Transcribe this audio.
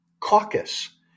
caucus